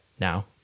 Now